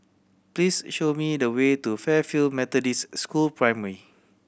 please show me the way to Fairfield Methodist School Primary